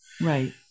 Right